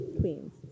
Queens